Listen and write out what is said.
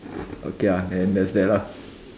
okay lah then that's that lah